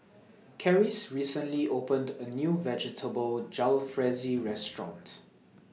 Karis recently opened A New Vegetable Jalfrezi Restaurant